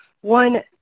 one